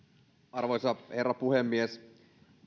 arvoisa herra puhemies